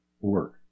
work